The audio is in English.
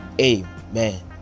Amen